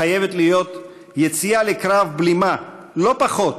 חייבת להיות יציאה לקרב בלימה, לא פחות,